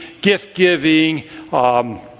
gift-giving